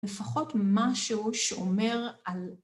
לפחות משהו שאומר על...